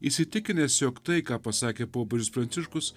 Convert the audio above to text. įsitikinęs jog tai ką pasakė popiežius pranciškus